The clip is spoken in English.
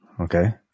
Okay